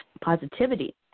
positivity